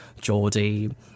Geordie